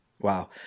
Wow